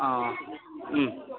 अँ अँ